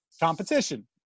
competition